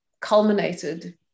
culminated